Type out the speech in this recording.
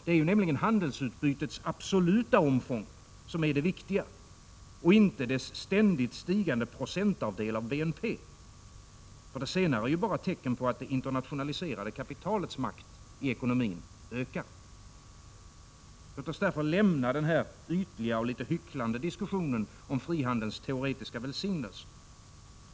Det är ju nämligen handelsutbytets absoluta omfång som är det viktiga, inte dess ständigt stigande andel av BNP — det senare är bara tecken på att det internationaliserade kapitalets makt i ekonomin ökar. Låt oss därför lämna den ytliga och hycklande diskussionen om frihandelns teoretiska välsignelser.